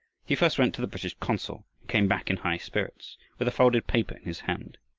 he first went to the british consul and came back in high spirits with a folded paper in his hand.